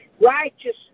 righteous